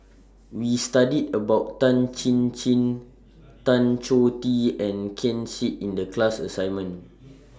We studied about Tan Chin Chin Tan Choh Tee and Ken Seet in The class assignment